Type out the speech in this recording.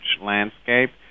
landscape